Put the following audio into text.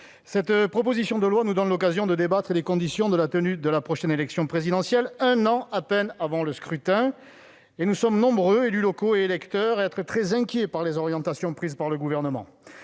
ce projet de loi nous donne l'occasion de débattre des conditions de la tenue de la prochaine élection présidentielle un an à peine avant le scrutin. Nous sommes nombreux, élus locaux et électeurs, à nous inquiéter des orientations prises par le Gouvernement.